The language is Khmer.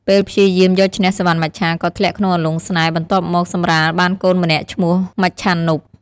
ពេលព្យាយាមយកឈ្នះសុវណ្ណមច្ឆាក៏ធ្លាក់ក្នុងអន្លង់ស្នេហ៍ បន្ទាប់មកសម្រាលបានកូនម្នាក់ឈ្មោះ មច្ចានុប។